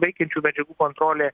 veikiančių medžiagų kontrolė